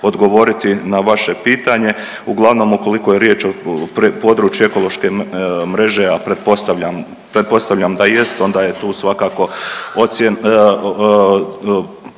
odgovoriti na vaše pitanje, uglavnom ukoliko je riječ o području ekološke mreže, a pretpostavljam da jest onda je tu svakako